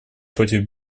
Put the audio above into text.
против